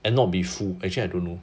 and not be full actually I don't know